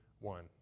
one